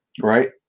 Right